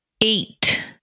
Eight